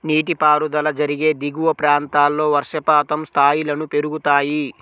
నీటిపారుదల జరిగే దిగువ ప్రాంతాల్లో వర్షపాతం స్థాయిలను పెరుగుతాయి